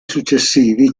successivi